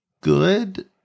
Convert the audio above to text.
good